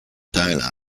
donor